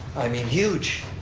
i mean, huge,